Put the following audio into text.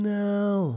now